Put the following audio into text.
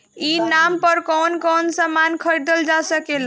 ई नाम पर कौन कौन समान खरीदल जा सकेला?